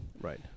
right